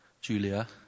Julia